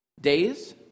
days